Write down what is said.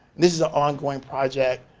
this is an ongoing project.